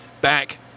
Back